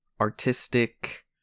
artistic